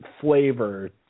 flavor